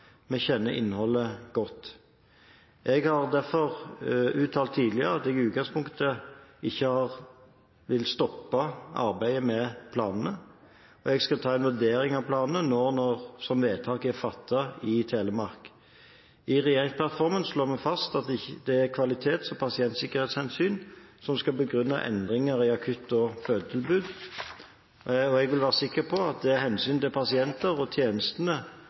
Vi kjenner innholdet godt. Jeg har derfor uttalt tidligere at jeg i utgangspunktet ikke vil stoppe arbeidet med planene. Jeg skal ta en vurdering av planene, nå som vedtaket er fattet i Telemark. I regjeringsplattformen slår vi fast at det er kvalitets- og pasientsikkerhetshensyn som skal begrunne endringer i akutt- og fødetilbud. Jeg vil være sikker på at det er hensynet til pasientene, og tjenestene